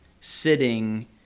sitting